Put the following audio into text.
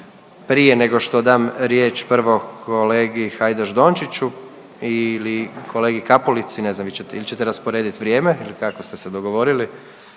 Prije nego što dam riječ prvo kolegi Hajdaš Dončiću ili kolegi Kapulici. Ne znam vi ćete ili ćete rasporedit vrijeme ili kako ste se dogovorili.